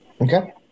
okay